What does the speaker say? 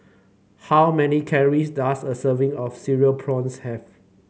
how many calories does a serving of Cereal Prawns have